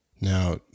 Now